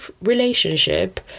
relationship